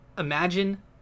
Imagine